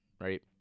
right